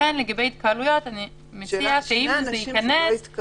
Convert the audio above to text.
ולכן לגבי התקהלויות אני מציעה שאם זה יכנס,